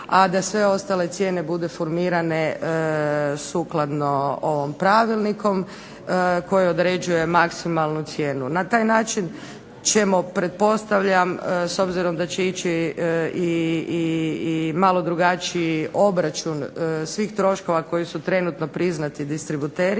a da sve ostale cijene budu formirane sukladno ovom Pravilniku koji određuje maksimalnu cijenu. Na taj način ćemo pretpostavljam, s obzirom da će ići malo drugačiji obračun svih troškova koji su trenutno priznati distributerima